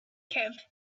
camp